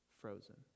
Frozen